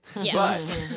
Yes